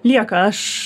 lieka aš